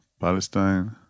Palestine